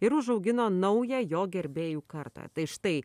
ir užaugino naują jo gerbėjų kartą tai štai